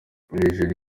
hejuru